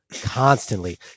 constantly